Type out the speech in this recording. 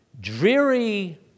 dreary